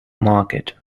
market